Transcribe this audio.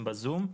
הם בזום.